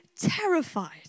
terrified